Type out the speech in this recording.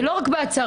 ולא רק בהצהרה.